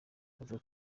avuga